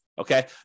Okay